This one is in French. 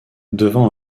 devant